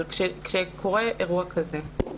אבל כשקורה אירוע כזה,